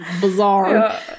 bizarre